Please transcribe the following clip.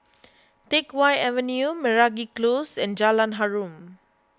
Teck Whye Avenue Meragi Close and Jalan Harum